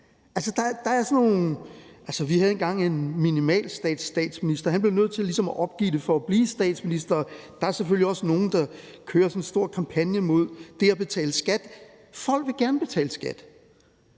sikre velfærdssamfundet. Vi havde engang en minimalstatsstatsminister, og han blev ligesom nødt til at opgive det for at blive statsminister, og der er selvfølgelig også nogle, der kører sådan en stor kampagne mod det at betale skat. Folk vil gerne betale skat